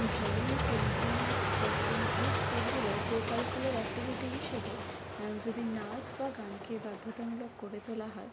drawing painting sketching এই স্কুলগুলোয় co curricular activity হিসেবে যদি নাচ বা গানকে বাধ্যতামূলক করে তোলা হয়